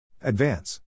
Advance